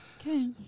Okay